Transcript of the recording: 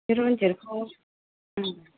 बे रन्जितखौ ओं